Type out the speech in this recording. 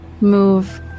Move